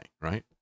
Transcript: right